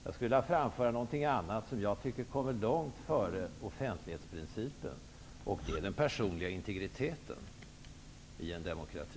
Jag skulle vilja framföra något annat som jag tycker kommer långt före offentlighetsprincipen, nämligen den personliga integriteten i en demokrati.